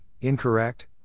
incorrect